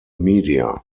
media